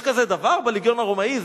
יש כזה דבר בלגיון הרומאי?